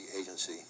Agency